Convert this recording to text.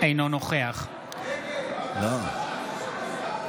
אינו נוכח סימון דוידסון,